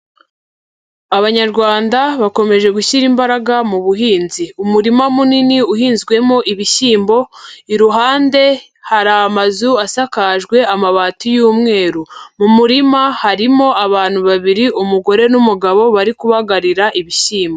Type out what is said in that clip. Abanyarwanda bakomeje gushyira imbaraga mu buhinzi. umurima munini uhinzwemo ibishyimbo, iruhande hari amazu asakajwe amabati y'umweru. Mu murima harimo abantu babiri umugore n'umugabo, bari kubagarira ibishyimbo.